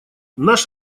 наш